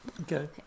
Okay